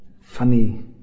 funny